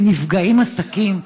ונפגעים עסקים.